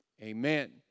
Amen